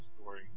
story